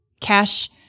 cash